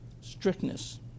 strictness